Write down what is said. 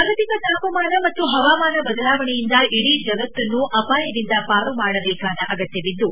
ಜಾಗತಿಕ ತಾಪಮಾನ ಮತ್ತು ಹವಮಾನ ಬದಲಾವಣೆಯಿಂದ ಇಡೀ ಜಗತ್ತನ್ನು ಅಪಾಯದಿಂದ ಪಾರುಮಾಡಬೇಕಾದ ಅಗತ್ವವಿದ್ದು